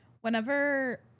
whenever